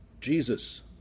Jesus